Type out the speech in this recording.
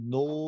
no